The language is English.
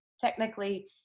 technically